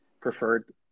preferred